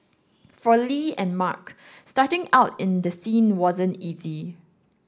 for Li and Mark starting out in the scene wasn't easy